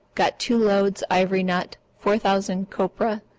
got two loads ivory nut, four thousand copra.